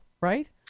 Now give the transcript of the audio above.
right